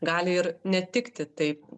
gali ir netikti taip